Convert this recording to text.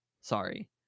Sorry